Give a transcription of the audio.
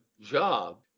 job